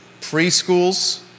preschools